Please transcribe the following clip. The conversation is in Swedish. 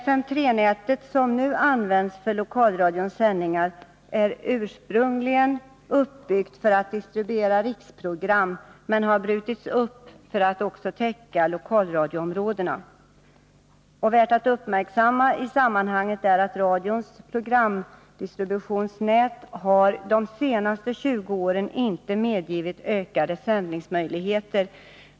FM 3-nätet, som nu används för lokalradions sändningar, är ursprungligen uppbyggt för att distribuera riksprogram, men har brutits upp för att också täcka lokalradioområdena. Värt att uppmärksamma i sammanhanget är att radions programdistributionsnät under de senaste 20 åren inte har medgivit ökade sändningsmöjligheter.